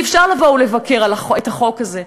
כי אפשר לבוא ולבקר את החוק הזה,